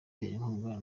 inkunga